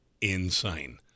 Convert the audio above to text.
insane